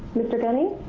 mr. gunning?